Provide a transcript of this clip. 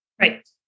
Right